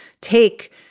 take